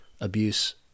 abuse